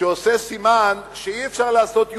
שעושה סימן שאי-אפשר לעשות U-turn,